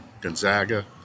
Gonzaga